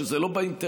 שזה לא באינטרס,